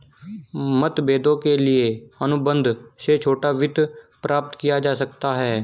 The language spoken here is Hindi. मतभेदों के लिए अनुबंध से छोटा वित्त प्राप्त किया जा सकता है